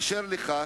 אשר על כן,